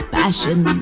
passion